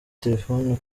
telefoni